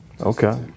Okay